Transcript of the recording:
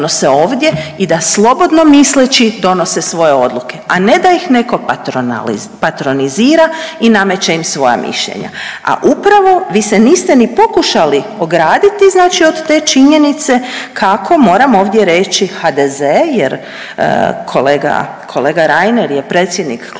i da slobodno misleći donose svoje odluke, a ne da ih netko patronizira i nameće im svoja mišljenja. A upravo vi se niste ni pokušali ograditi znači od te činjenice kako moram ovdje reći HDZ jer kolega Reiner je predsjednik kluba